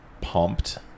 pumped